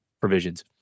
provisions